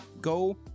go